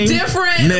different